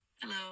Hello